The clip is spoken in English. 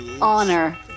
Honor